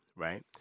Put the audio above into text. right